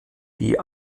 die